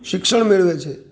શિક્ષણ મેળવે છે